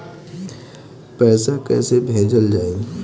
पैसा कैसे भेजल जाइ?